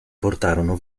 portarono